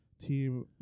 team